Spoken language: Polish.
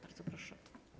Bardzo proszę.